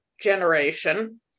generation